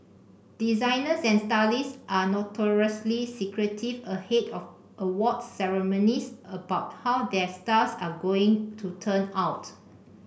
designers and stylists are notoriously secretive ahead of awards ceremonies about how their stars are going to turn out